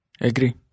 agree